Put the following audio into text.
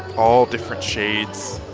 all different shades,